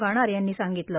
गाणार यांनी सांगितलं